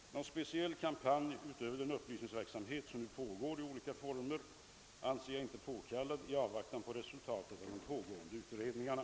Någon speciell kampanj utöver den upplysningsverksamhet som nu pågår i olika former anser jag inte påkallad i avvaktan på resultatet av de pågående utredningarna.